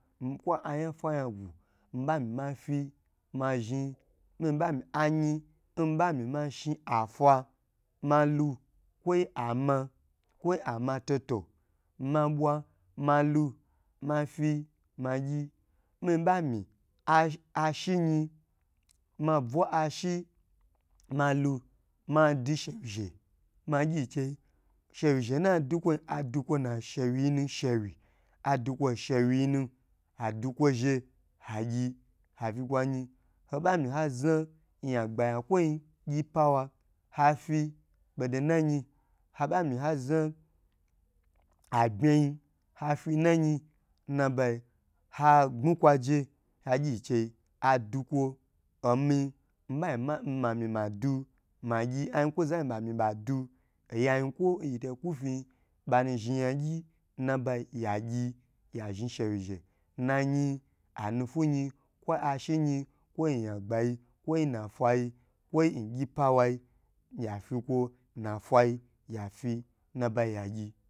Kwo ayan faya bu nbami mafi ma zhn nbami mashi afa malu kwei ama kwa ama toto ma bwa malu mafi magyi miba mi a ashiyin ma bwa ashi mahi madu shewyi zhe magyi che shewyi nadu kwo yi adu kwo na shewyenu shewyi adukwo shewye nu adukwo she agyi afi kwayi ho a mi ha zo yagba yakwoi gyipow hafi bodo nayi hobami ha za abmayi afi nayi nabayi ha gbu kwaje agyi chei ha dukwo omi nmami nmami madu magyi ayi kwo zo bami bado oya yinkwo yi che kwu fiyi ma zhi yagy nnabayi yagyi ya zhi shewye zhe nayi na nufu yi kwa ashi yin kwo ya gbani, kwanafai kwo ngifowai yafi kwofa.